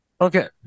Okay